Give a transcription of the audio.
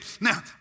Now